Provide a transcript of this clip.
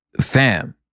fam